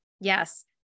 Yes